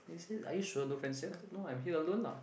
then he said are you sure no friends here I said no I am here alone lah